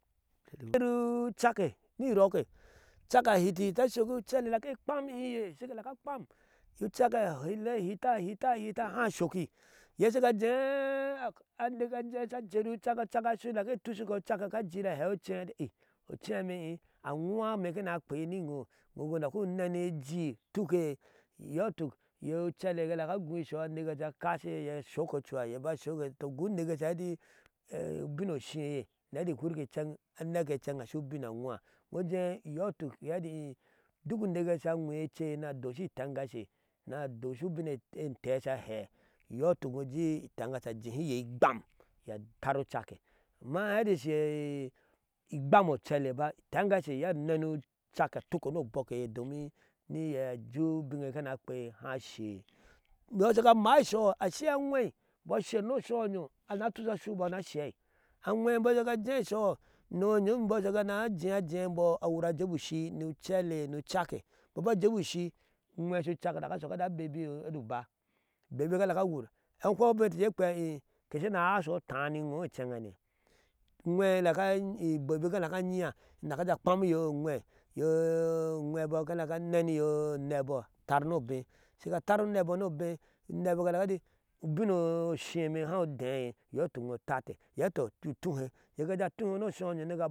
A dur uchake uchake a liti liti a saki a dake phamehiye shuka daka pham ucake hita hita hita ha soki iye shika jeeh aneke jeeh sa jeki cake a shai a dake tushuko u chake ka jir a hee uchele eti, i ocheme a who imekina kwe ni whoo uclaku neni iji tuke iyotuk iye uclee alaka cui ishoho aneke aje akishiye a shoke cuha iye aba soke to goo uneke asa hee eti ubin oshi eye eti furke inchen eneke inchen a so ubinna awoh, iwo ujeh iyotuk duk uneke ye sa wehe echeye na doshi itengashe, na doshni ubine ente sha hee iyotuk itengashe a jehiye igam iye atar uchake, amma hashi gamochele ba itengashe ya neni uchake a tuk no bɔke domin niye jeh ushingyeye kina kweye hai ashei, imbɔ shika maa ishoho imbɔ asherno sho oyoh ana tusha ashu boo ana shei a whebɔ shiga jeeisho unomyom hum imboo na jiyajiyabo ana jebo ushi nu uchele nu chake, imbo ka jebo ushi uwe shuchak i woh phen ubingyete eyeh ke shina a ahasotaah ni woh inchen hane uwebɔ ka neni uneboatarnobeh shiga tan unebo nobeh uneboo kahee eti ubinno ushinne haideye iyotok wootate iyeka hete ujee utuhe iye ka jeetuhe no shu oyooh